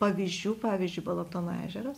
pavyzdžių pavyzdžiui balatono ežeras